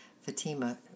fatima